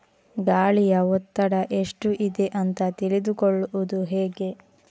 ಗಾಳಿಯ ಒತ್ತಡ ಎಷ್ಟು ಇದೆ ಅಂತ ತಿಳಿದುಕೊಳ್ಳುವುದು ಹೇಗೆ?